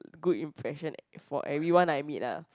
good impression for everyone I meet ah